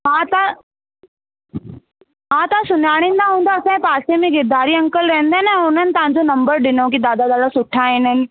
हा तव्हां हा तव्हां सुञाणींदा हूंदा असांजे पासे में जेके गिरधारी अंकल रहंदा आहिनि न उन्हनि तव्हां जो नंबर ॾिनो कि दादा ॾाढा सुठा आहिनि